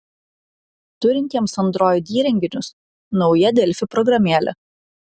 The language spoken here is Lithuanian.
turintiems android įrenginius nauja delfi programėlė